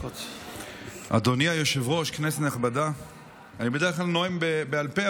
אני בדרך כלל נואם בעל פה,